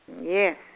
Yes